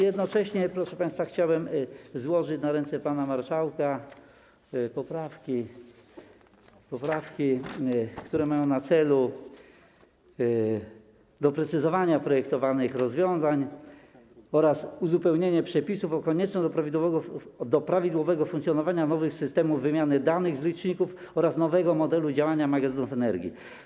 Jednocześnie, proszę państwa, chciałbym złożyć na ręce pana marszałka poprawki, które mają na celu doprecyzowanie projektowanych rozwiązań oraz uzupełnienie przepisów koniecznych do prawidłowego funkcjonowania nowych systemów wymiany danych z liczników oraz nowego modelu działania magazynów energii.